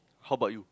how about you